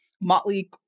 motley